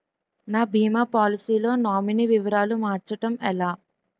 నా భీమా పోలసీ లో నామినీ వివరాలు మార్చటం ఎలా?